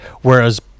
whereas